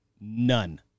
None